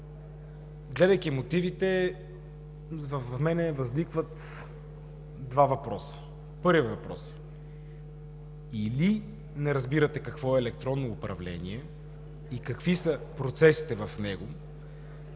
Гледайки мотивите, в мен възникват два въпроса. Първи въпрос: или не разбирате какво е електронно управление и какви са процесите в него,